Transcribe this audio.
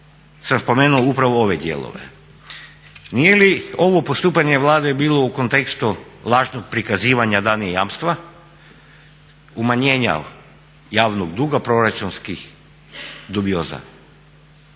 sam spomenuo upravo ove dijelove, nije li ovo postupanje Vlade bilo u kontekstu lažnog prikazivanja danih jamstva, umanjenja javnog duga, proračunskih dubioza?